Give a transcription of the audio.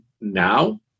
now